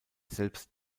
selbst